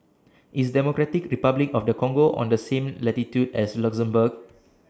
IS Democratic Republic of The Congo on The same latitude as Luxembourg